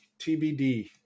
tbd